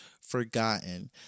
forgotten